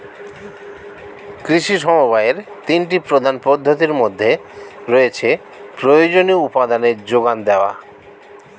কৃষি সমবায়ের তিনটি প্রধান পদ্ধতির মধ্যে রয়েছে প্রয়োজনীয় উপাদানের জোগান দেওয়া